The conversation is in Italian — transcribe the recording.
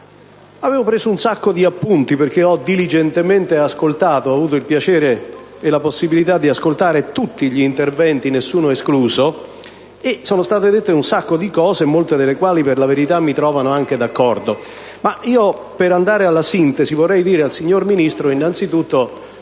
avevo preso molti appunti perché ho diligentemente seguito il dibattito e ho avuto il piacere e la possibilità di ascoltare tutti gli interventi, nessuno escluso. Sono state dette un sacco di cose, molte delle quali, per la verità, mi trovano d'accordo, ma, per andare alla sintesi, vorrei rivolgere al signor Ministro innanzi tutto